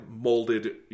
molded